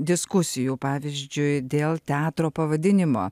diskusijų pavyzdžiui dėl teatro pavadinimo